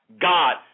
God